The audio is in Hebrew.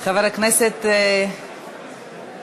חבר הכנסת אריה מכלוף דרעי, אני